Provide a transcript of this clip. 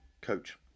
coach